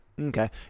Okay